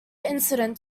incident